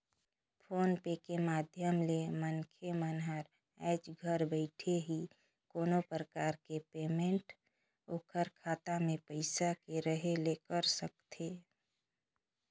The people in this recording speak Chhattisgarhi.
फोन पे के माधियम ले मनखे मन हर आयज घर बइठे ही कोनो परकार के पेमेंट ओखर खाता मे पइसा के रहें ले कर सकथे